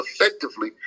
effectively